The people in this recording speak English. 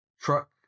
truck